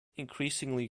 increasingly